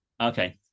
Okay